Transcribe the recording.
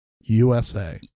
USA